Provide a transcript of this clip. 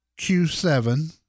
Q7